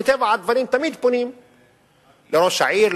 מטבע הדברים תמיד פונים לראש העיר,